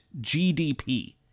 GDP